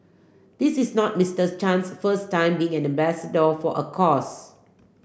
this is not Mister Chan's first time being an ambassador for a cause